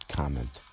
comment